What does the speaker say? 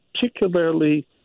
particularly